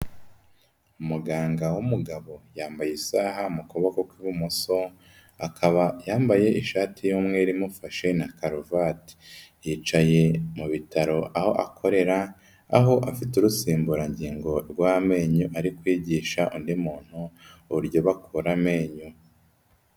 Umuganga w'umugabo yambaye isaha mu kuboko kw'ibumoso, akaba yambaye ishati y'umweru imufashe na karuvati. Yicaye mu bitaro aho akorera, aho afite urusimburangingo rw'amenyo ari kwigisha undi muntu uburyo bakura amenyo.